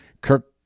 Kirk